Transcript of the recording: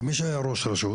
כמי שהיה ראש רשות,